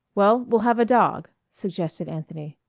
well, we'll have a dog, suggested anthony.